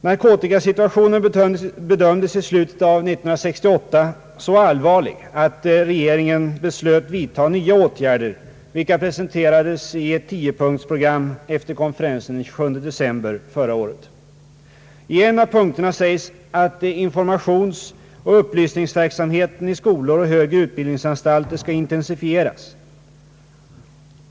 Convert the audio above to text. Narkotikasituationen bedömdes i slutet av år 1968 vara så allvarlig att regeringen beslöt vidta nya åtgärder, vilka presenterades i ett tiopunktsprogram efter konferensen den 27 december förra året. I en av punkterna sägs att informationsoch upplysningsverksamheten i skolor och högre utbildningsantalter skall intensifieras.